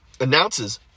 announces